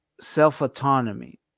self-autonomy